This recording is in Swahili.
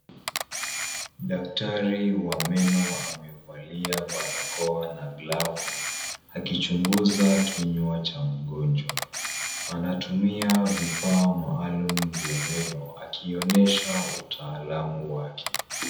Daktari wa meno amevalia barakoa na glavu akichunguza kinywa cha mgonjwa, anatumia vifaa maaluma vya meno akionyesha utaalamu wake.